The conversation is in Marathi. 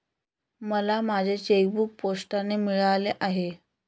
मला माझे चेकबूक पोस्टाने मिळाले आहे